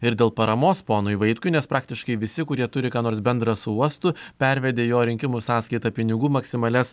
ir dėl paramos ponui vaitkui nes praktiškai visi kurie turi ką nors bendra su uostu pervedė į jo rinkimų sąskaitą pinigų maksimalias